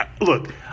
look